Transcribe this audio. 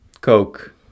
Coke